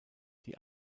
die